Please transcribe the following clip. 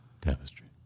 Tapestry